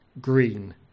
green